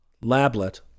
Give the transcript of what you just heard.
Lablet